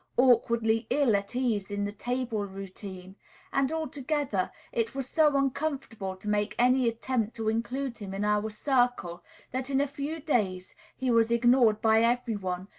awkwardly ill at ease in the table routine and, altogether, it was so uncomfortable to make any attempt to include him in our circle that in a few days he was ignored by every one,